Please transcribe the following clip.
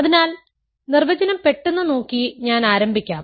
അതിനാൽ നിർവചനo പെട്ടെന്ന് നോക്കി ഞാൻ ആരംഭിക്കാം